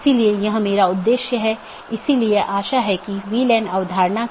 इसके बजाय BGP संदेश को समय समय पर साथियों के बीच आदान प्रदान किया जाता है